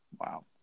Wow